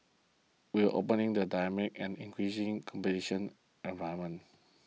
we are operating in a dynamic and increasingly competition environment